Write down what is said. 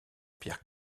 pierre